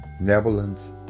Netherlands